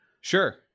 Sure